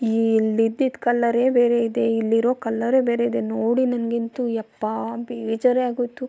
ಈ ಇಲ್ಲಿದ್ದಿದ್ದ ಕಲರೇ ಬೇರೆಯಿದೆ ಇಲ್ಲಿರೋ ಕಲರೇ ಬೇರೆಯಿದೆ ನೋಡಿ ನನಗಂತೂ ಯಪ್ಪಾ ಬೇಜಾರೇ ಆಗೋಯ್ತು